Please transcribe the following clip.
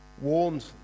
warned